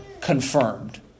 confirmed